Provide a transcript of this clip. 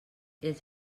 els